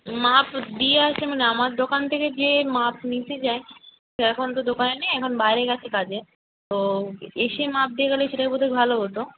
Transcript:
মাপ দিয়ে আসে মানে আমার দোকান থেকে যে মাপ নিতে যায় সে এখন তো দোকানে নেই এখন বাইরে গেছে কাজে তো এসে মাপ দিয়ে গেলেই সেটাই বোধ হয় ভালো হতো